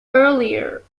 earlier